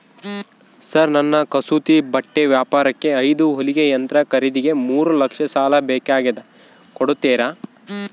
Sir ನನ್ನ ಕಸೂತಿ ಬಟ್ಟೆ ವ್ಯಾಪಾರಕ್ಕೆ ಐದು ಹೊಲಿಗೆ ಯಂತ್ರ ಖರೇದಿಗೆ ಮೂರು ಲಕ್ಷ ಸಾಲ ಬೇಕಾಗ್ಯದ ಕೊಡುತ್ತೇರಾ?